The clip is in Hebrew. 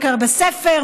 קורא בספר,